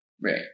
Right